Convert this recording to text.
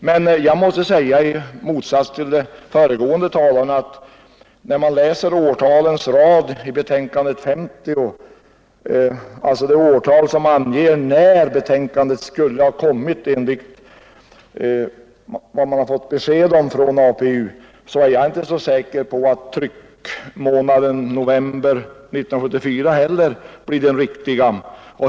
Men jag måste säga, i motsats till de föregående talarna, att när jag i utskottsbetänkandet nr 50 läser den rad av årtal som anger när utredningens betänkande skulle ha kommit enligt vad man har fått besked om från APU, så är jag inte så säker på att tryckmånaden november 1974 blir den riktiga.